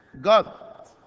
God